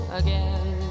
again